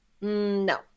No